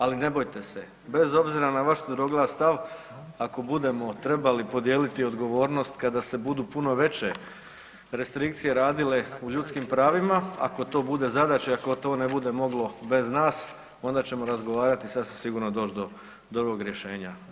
Ali ne bojte se bez obzira na vaš tvrdoglav stav, ako budemo trebali podijeliti odgovornost kada se budu puno veće restrikcije radile u ljudskim pravima, ako to bude zadaća i ako to ne bude moglo bez nas onda ćemo razgovarati i sasvim sigurno doći do dobrog rješenja.